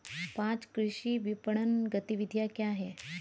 पाँच कृषि विपणन गतिविधियाँ क्या हैं?